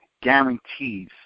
guarantees